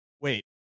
Wait